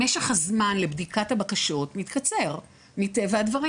משך הזמן לבדיקת הבקשות מתקצר מטבע הדברים.